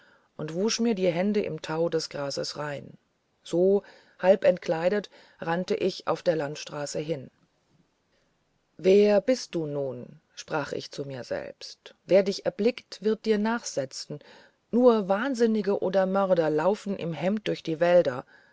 und wusch mir die hände im tau des grases rein so halb entkleidet rannte ich auf der landstraße hin wer bist du nun sprach ich zu mir selbst wer dich erblickt wird dir nachsetzen nur wahnsinnige oder mörder laufen im hemd durch die wälder